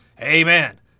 amen